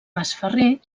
masferrer